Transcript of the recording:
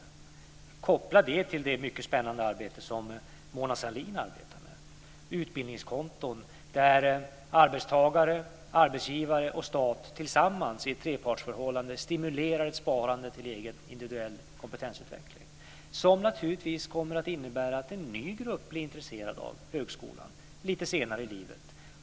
Detta ska man koppla till Mona Sahlins mycket spännande arbete med utbildningskonton där arbetstagare, arbetsgivare och stat tillsammans i ett trepartsförhållande stimulerar ett sparande till egen individuell kompetensutveckling, vilket naturligtvis kommer att innebära att en ny grupp blir intresserad av högskolan lite senare i livet.